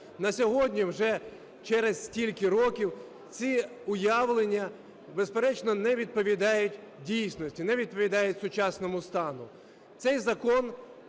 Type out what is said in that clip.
На сьогодні вже через стільки років ці уявлення, безперечно, не відповідають дійсності, не відповідають сучасному стану.